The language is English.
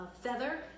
feather